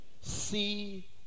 See